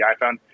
iPhone